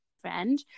friend